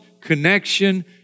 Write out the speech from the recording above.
connection